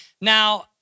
Now